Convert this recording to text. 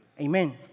Amen